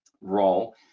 role